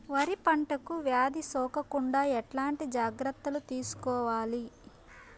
వరి పంటకు వ్యాధి సోకకుండా ఎట్లాంటి జాగ్రత్తలు తీసుకోవాలి?